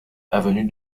avenue